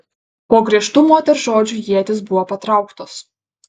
po griežtų moters žodžių ietys buvo patrauktos